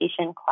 class